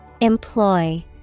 Employ